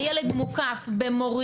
הילד מוקף במורים,